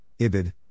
IBID